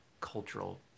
cultural